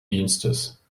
dienstes